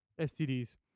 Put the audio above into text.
STDs